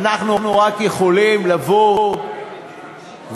ואנחנו רק יכולים לבוא ולהצדיע,